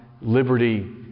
liberty